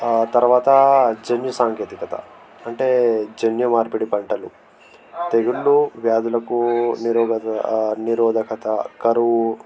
ఆ తర్వాత జన్యు సాంకేతికత అంటే జన్యు మార్పిడి పంటలు తెగుళ్లు వ్యాధులకు నిరోధికత నిరోధికత కరువు